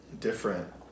different